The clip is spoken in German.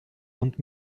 und